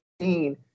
seen